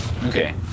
Okay